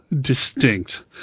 distinct